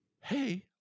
hey